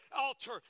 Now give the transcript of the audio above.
altar